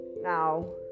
now